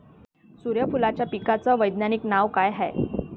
सुर्यफूलाच्या पिकाचं वैज्ञानिक नाव काय हाये?